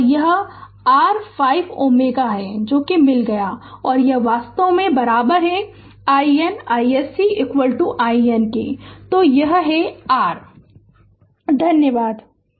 Glossary शब्दकोष English Word Word Meaning Current current विधुत धारा Resistance रेजिस्टेंस प्रतिरोधक Circuit सर्किट परिपथ Terminal टर्मिनल मार्ग Magnitudes मैग्निट्यूड परिमाण Path पाथ पथ Aggregation एग्रीगेशन एकत्रीकरण Key point की पॉइंट मुख्य बिंदु